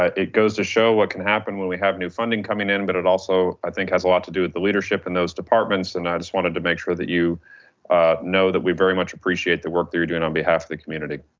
it goes to show what can happen when we have new funding coming in. but it also i think, has a lot to do with the leadership in those departments. and i just wanted to make sure that you know that we very much appreciate the work that you're doing on behalf of the community.